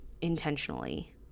intentionally